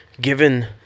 Given